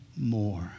more